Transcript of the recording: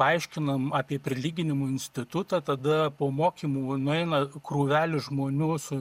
paaiškinam apie prilyginimų institutą tada po mokymų nueina krūvelė žmonių su